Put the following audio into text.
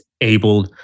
able